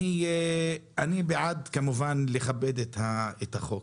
אני כמובן בעד לכבד את החוק,